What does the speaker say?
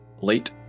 late